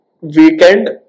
weekend